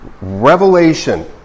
Revelation